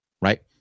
right